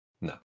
No